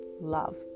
love